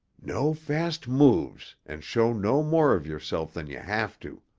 no fast moves and show no more of yourself than you have to,